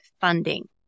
funding